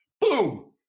Boom